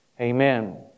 Amen